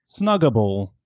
snuggable